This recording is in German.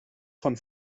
von